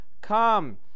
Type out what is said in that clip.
come